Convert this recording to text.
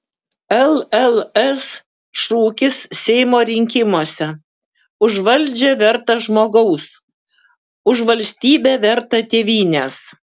lls šūkis seimo rinkimuose už valdžią vertą žmogaus už valstybę vertą tėvynės